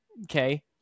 okay